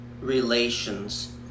relations